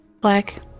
black